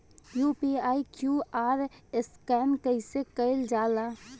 UPI QR scan कइसे कईल जा ला?